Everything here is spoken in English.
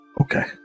okay